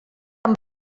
tant